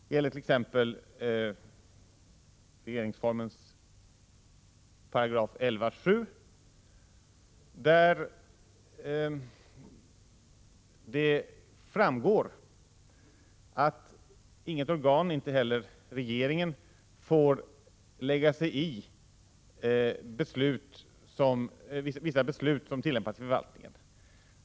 Det gäller t.ex. regeringsformen 11:7, där det framgår att inget organ, inte heller regeringen, får lägga sig i hur vissa beslut skall fattas i förvaltningen.